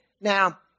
Now